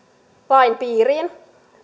lain piiriin